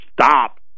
stop